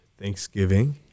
Thanksgiving